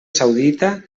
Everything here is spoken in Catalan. saudita